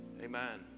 Amen